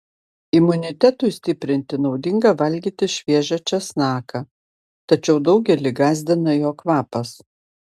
imunitetui stiprinti naudinga valgyti šviežią česnaką tačiau daugelį gąsdina jo kvapas